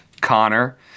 Connor